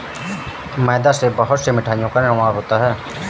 मैदा से बहुत से मिठाइयों का निर्माण होता है